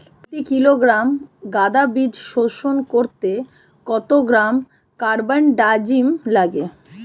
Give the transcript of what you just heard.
প্রতি কিলোগ্রাম গাঁদা বীজ শোধন করতে কত গ্রাম কারবানডাজিম লাগে?